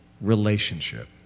relationship